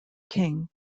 king